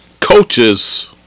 coaches